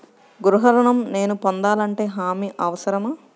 గృహ ఋణం నేను పొందాలంటే హామీ అవసరమా?